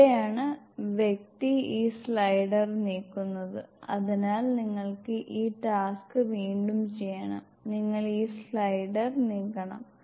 ഇവിടെയാണ് വ്യക്തി ഈ സ്ലൈഡർ നീക്കുന്നത് അതിനാൽ നിങ്ങൾ ഈ ടാസ്ക്ക് വീണ്ടും ചെയ്യണം നിങ്ങൾ ഈ സ്ലൈഡർ നീക്കണം